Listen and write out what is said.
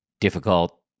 difficult